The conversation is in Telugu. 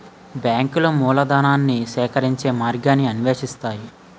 బ్యాంకులు మూలధనాన్ని సేకరించే మార్గాన్ని అన్వేషిస్తాయి